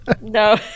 No